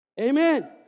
Amen